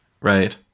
Right